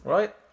Right